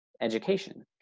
education